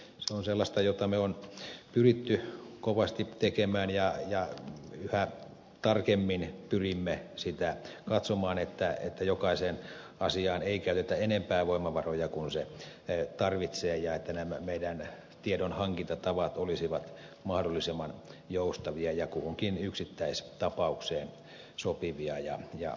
se on sellaista jota me olemme pyrkineet kovasti tekemään ja yhä tarkemmin pyrimme sitä katsomaan että jokaiseen asiaan ei käytetä enempää voimavaroja kuin se tarvitsee ja että nämä meidän tiedonhankintatapamme olisivat mahdollisimman joustavia ja kuhunkin yksittäistapaukseen sopivia ja riittäviä